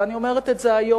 ואני אומרת את זה היום,